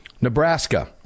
Nebraska